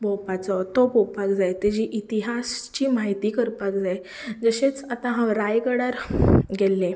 भोंवपाचो तो पोवपाक जाय तेची इतिहासाची म्हायती करपाक जाय तशेंच आतां हांव रायगडार गेल्लें